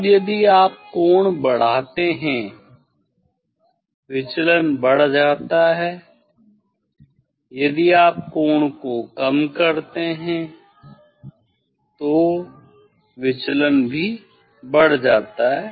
अब यदि आप कोण बढ़ाते हैं विचलन बढ़ जाता है यदि आप कोण को कम करते हैं तो विचलन भी बढ़ता है